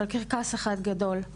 קרקס אחד גדול,